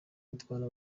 gutwara